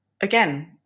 Again